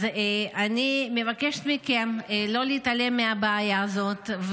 אז אני מבקשת מכם לא להתעלם מהבעיה הזאת.